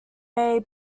may